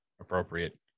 appropriate